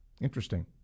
Interesting